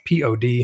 pod